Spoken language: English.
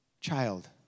child